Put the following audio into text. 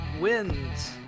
wins